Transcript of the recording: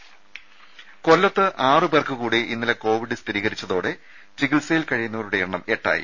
രുമ കൊല്ലത്ത് ആറു പേർക്ക് കൂടി ഇന്നലെ കോവിഡ് സ്ഥിരീകരിച്ചതോടെ ചികിത്സയിൽ കഴിയുന്നവരുടെ എണ്ണം എട്ടായി